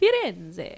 Firenze